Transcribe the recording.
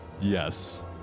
Yes